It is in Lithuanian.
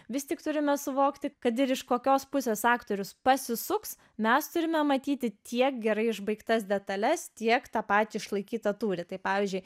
vis tik turime suvokti kad ir iš kokios pusės aktorius pasisuks mes turime matyti tiek gerai išbaigtas detales tiek tą patį išlaikytą tūrį tai pavyzdžiui